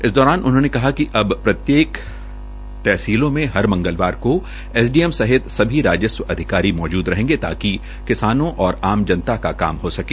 इस दौरान उन्होंने कहा कि अब प्रदेश की प्रत्येक तहसीलों में हर मंगलवार को एसडीएम सहित सभी राजस्व अधिकारी मौजूद रहेंगे ताकि किसानों और आम जनता का काम हो सके